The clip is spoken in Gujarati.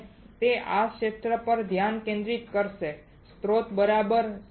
અને તે આ ક્ષેત્ર પર ધ્યાન કેન્દ્રિત કરશે સ્રોત પર બરાબર